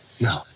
No